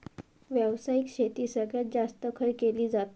व्यावसायिक शेती सगळ्यात जास्त खय केली जाता?